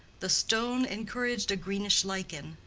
the stone encouraged a greenish lichen,